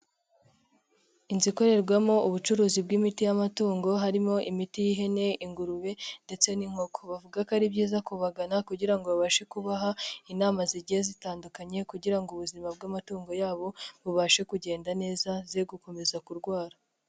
Inzu ikorerwamo ubucuruzi bw'imiti y'amatungo harimo imiti y'ihene ingurube, ndetse n'inkoko. Bavuga ko ari byiza kubagana kugira ngo babashe kubaha, inama zigiye zitandukanye kugira ngo ubuzima bw'amatungo yabo, bubashe kugenda neza ze gukomeza kurwara.